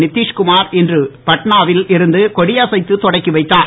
நித்திஷ்குமார் இன்று பட்னாவில் இருந்து கொடியசைத்து தொடக்கி வைத்தார்